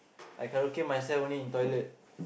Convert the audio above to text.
I karaoke myself only in toilet